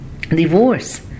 divorce